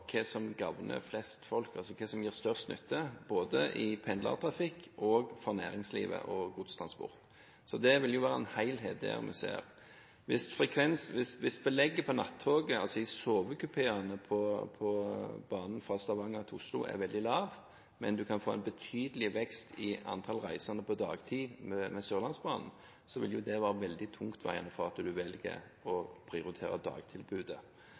hva som gagner flest folk, altså hva som gir størst nytte både i pendlertrafikk og for næringslivet og godstransport. Det vil være i en helhet vi ser det. Hvis belegget på nattoget, altså i sovekupeene, på banen fra Stavanger til Oslo er veldig lavt, men du kan få betydelig vekst i antall reisende på dagtid med Sørlandsbanen, vil det være veldig tungtveiende for at du velger å prioritere dagtilbudet.